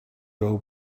doe